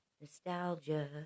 nostalgia